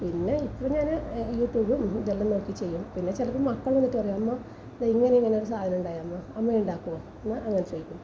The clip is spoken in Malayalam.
പിന്നെ ഇപ്പം ഞാന് യൂ ട്യൂബ് ഇതെല്ലാം നോക്കി ചെയ്യും പിന്നെ ചിലത് മക്കള് നോക്കിയിട്ട് പറയും അമ്മ ദേ ഇങ്ങനെ ഒരു സാധനം ഉണ്ടായി അമ്മ അമ്മ ഉണ്ടാക്കുവോ അങ്ങനെ ചോദിക്കും